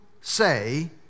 say